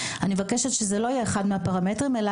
אני מבקשת שזה לא יהיה אחד הפרמטרים אלא